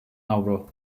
avro